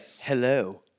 Hello